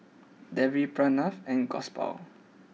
Devi Pranav and Gopal